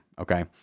Okay